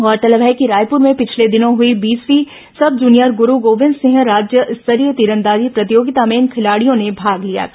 गौरतलब है कि रायपुर में पिछले दिनों हुई बीसवीं सब जूनियर गुरू गोविंद सिंह राज्य स्तरीय तीरंदाजी प्रतियोगिता में इन खिलाड़ियों ने भाग लिया था